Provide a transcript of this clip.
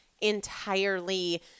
entirely